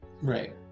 right